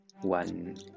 one